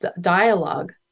dialogue